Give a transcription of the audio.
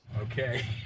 Okay